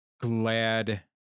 glad